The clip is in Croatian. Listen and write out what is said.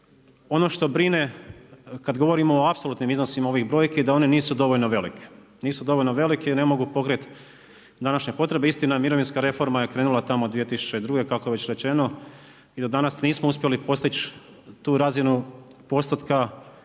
Ono što brine, kad govorimo o apsolutnim iznosima ovih brojki, da one nisu dovoljno velike, nisu dovoljno velike jer ne mogu pokriti današnje potrebe. Istina mirovinska je krenula tamo 2002. kako je već rečeno i od danas nismo uspjeli postići tu razinu postotaka